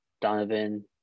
Donovan